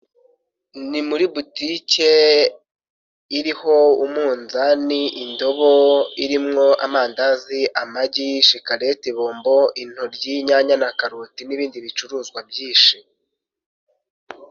Ni muri butike iriho umunzani, indobo imwo amandazi, amagi, shikarete, bombo intoryi, inyanya, karoti n'ibindi bicuruzwa byinshi.